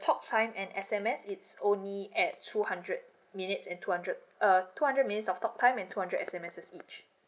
talk time and S_M_S it's only at two hundred minutes at two hundred uh two hundred minutes of talk time and two hundred S_M_S each